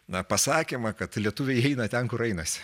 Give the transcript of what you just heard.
na pasakymą kad lietuviai eina ten kur einasi